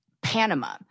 Panama